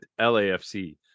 LAFC